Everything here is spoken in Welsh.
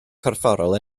corfforol